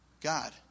God